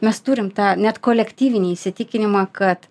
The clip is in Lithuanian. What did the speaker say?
mes turim tą net kolektyvinį įsitikinimą kad